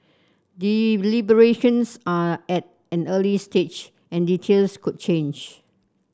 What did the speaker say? deliberations are at an early stage and details could change